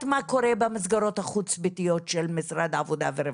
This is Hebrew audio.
מה קורה במסגרות החוץ-ביתיות של משרד העבודה והרווחה.